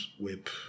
whip